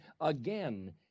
again